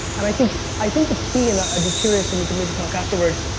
and i think i think the key, and i'd be curious and we can maybe talk afterwards,